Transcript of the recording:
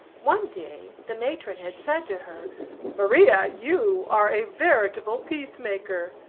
one day the matron had said to her maria, you are a veritable peace-maker!